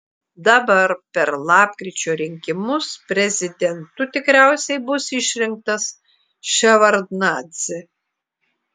dabar per lapkričio rinkimus prezidentu tikriausiai bus išrinktas ševardnadzė